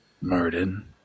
Murden